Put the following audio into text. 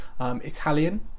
Italian